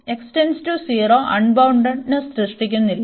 x → 0 unboundedness സൃഷ്ടിക്കുന്നില്ല